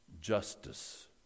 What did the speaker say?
justice